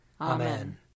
Amen